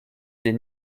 des